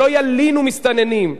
שלא ילינו מסתננים,